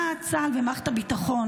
מה צה"ל ומערכת הביטחון,